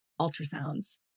ultrasounds